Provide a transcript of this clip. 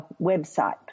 website